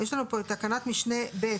יש לנו פה את תקנה משנה (ב)